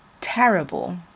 terrible